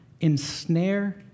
ensnare